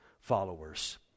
followers